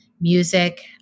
music